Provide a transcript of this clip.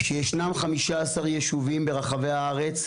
שישנם 5 יישובים ברחבי הארץ,